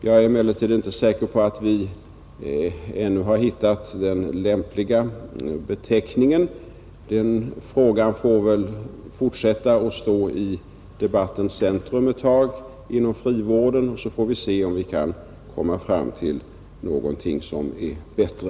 Jag är emellertid inte säker på att vi ännu hittat den lämpliga benämningen. Frågan bör väl fortsätta att stå i centrum för frivårdsdebatten, så får vi se om vi kan komma fram till någonting som är bättre.